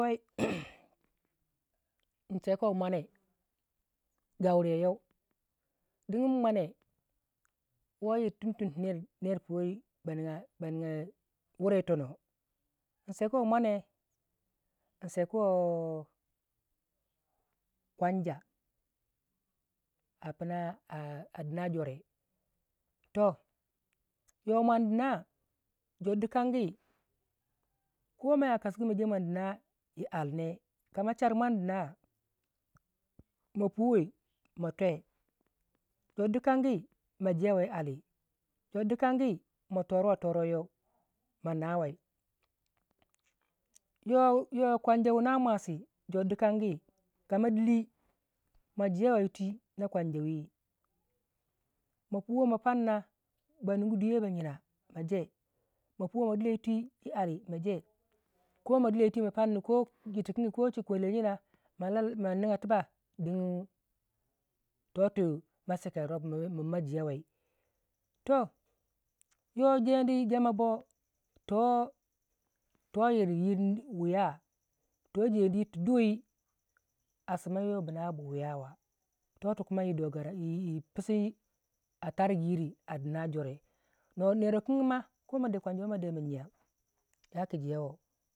nseiko mwanme gauruwo yau digin mwane wo yiringyi tumtum tu nerpuwei ba nigya wurai yi tono yi sekuwei mwane yi sekuwei kwanja apina a dina jore toh yo mwandina jor dikangi ko ma yakasuku ma je mwan dina yi alli kama char mwan dina ma puwai ma twe jor dikan gi ma jewei yi alli jor dikan gi ma toruwei toro yau ma nawei yo yo kwanja wuna mwasi jor dikangi kama dili ma jewei yitwi na kwanjawii ma puwei ma panna ba nugu twiyei baina ma jeh ma puwei ma dilo yiti yi alli ma jeh koma dilo yiti ma parnu ko yir tikingi ko chiki kwelele yina ma lal ma nigya ti ba digin totu ma sekai rop min ma jewei toh yo jeni jamabo toh yir yiri wiya toh jeni yir tu doi a simayirwa bina bi wiyawa totu kuma yi dogaragi yi pisu a targiyiri a dina jore nerwukangi ma koma de kwanja wo ma de ma jya yaku jewo